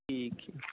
ਠੀਕ ਹੈ